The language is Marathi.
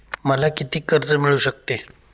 मला किती कर्ज मिळू शकते?